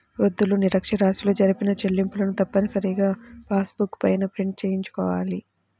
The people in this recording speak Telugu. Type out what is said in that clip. వృద్ధులు, నిరక్ష్యరాస్యులు జరిపిన చెల్లింపులను తప్పనిసరిగా పాస్ బుక్ పైన ప్రింట్ చేయించుకోవాలి